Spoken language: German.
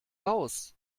raus